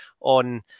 on